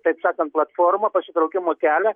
taip sakant platformą pasitraukimo kelią